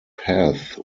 path